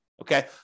okay